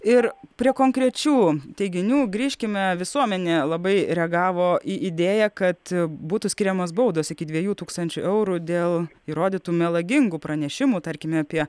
ir prie konkrečių teiginių grįžkime visuomenė labai reagavo į idėją kad būtų skiriamos baudos iki dviejų tūkstančių eurų dėl įrodytų melagingų pranešimų tarkime apie